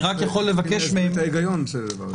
אני רק יכול לבקש מהם ------ להסביר את ההיגיון של הדבר הזה.